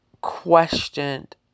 questioned